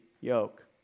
yoke